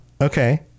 Okay